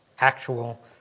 actual